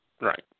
Right